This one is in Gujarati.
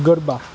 ગરબા